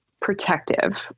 protective